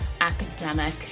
academic